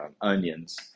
onions